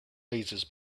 razors